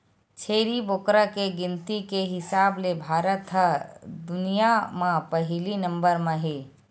छेरी बोकरा के गिनती के हिसाब ले भारत ह दुनिया म पहिली नंबर म हे